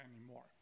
anymore